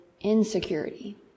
insecurity